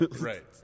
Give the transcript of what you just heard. Right